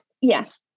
Yes